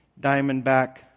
diamondback